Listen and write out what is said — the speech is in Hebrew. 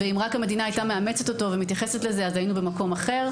ואם רק המדינה הייתה מאמצת אותו ומתייחסת לזה אז היינו במקום אחר.